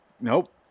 Nope